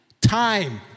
Time